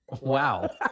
Wow